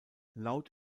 laut